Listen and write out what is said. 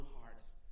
hearts